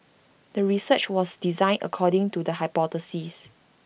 the research was designed according to the hypothesis